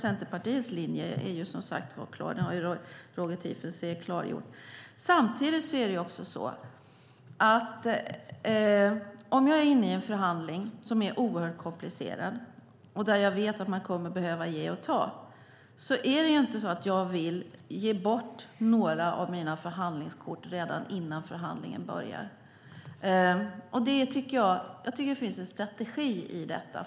Centerpartiets linje är som sagt klar, och den har Roger Tiefensee klargjort. Om jag är inne i en förhandling som är oerhört komplicerad, och där jag vet att man kommer att behöva ge och ta, är det inte så att jag vill ge bort några av mina förhandlingskort redan innan förhandlingen börjar. Det finns en strategi i detta.